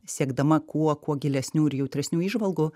siekdama kuo kuo gilesnių ir jautresnių įžvalgų